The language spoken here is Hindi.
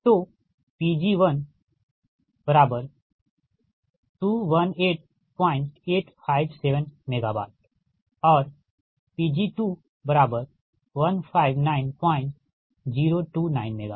तो Pg1 218857 MW और Pg2 159029 MWठीक